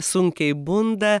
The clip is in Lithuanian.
sunkiai bunda